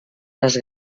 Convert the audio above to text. les